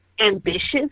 ambitious